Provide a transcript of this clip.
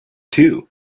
too